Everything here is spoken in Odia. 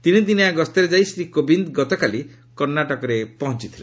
ତିନିଦିନିଆ ଗସ୍ତରେ ଯାଇ ଶ୍ରୀ କୋବିନ୍ଦ ଗତକାଲି କର୍ଣ୍ଣାଟକରେ ପହଞ୍ଚଥିଲେ